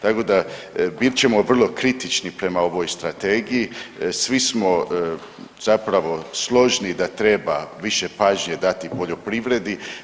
Tako da bit ćemo vrlo kritični prema ovoj strategiji, svi smo zapravo složni da treba više pažnje dati poljoprivredi.